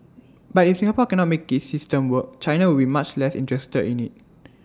but if Singapore cannot make its system work China will be much less interested in IT